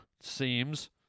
seems